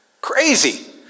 Crazy